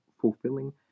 fulfilling